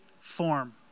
form